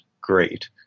great